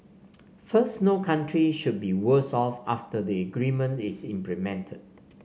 first no country should be worse off after the agreement is implemented